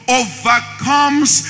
overcomes